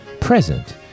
present